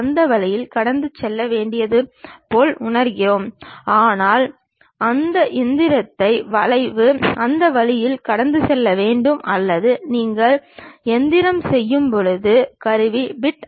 இது ஒரு பொருளானது செங்குத்து தளத்தை அல்லது கிடைமட்ட தளத்தை பொறுத்து இருப்பதை குறிக்கிறது